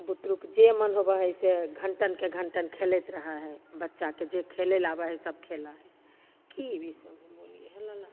बुतरुके जे मोन होबऽ हइ से घण्टनके घण्टन खेलैत रहऽ हइ बच्चाके जे खेलैले आबऽ हइ सब खेलऽ हइ कि एहिसे बेसी हो गेलै